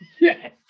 yes